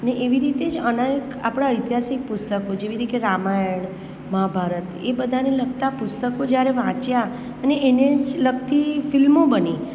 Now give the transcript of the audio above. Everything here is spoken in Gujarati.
ને એવી રીતે જ અનાયક આપણા ઐતિહાસિક પુસ્તકો જેવી રીતે રામાયણ મહાભારત એ બધાને લગતા પુસ્તકો જ્યારે વાંચ્યા અને એને જ લગતી ફિલ્મો બની